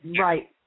Right